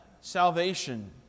salvation